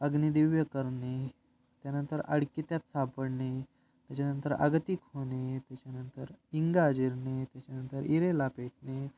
अग्निदिव्य करणे त्यानंतर अडकित्त्यात सापडणे त्याच्यानंतर अगतिक होणे त्याच्यानंतर इंगा जिरणे त्याच्यानंतर इरेला पेटणे